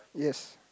yes